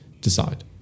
decide